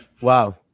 Wow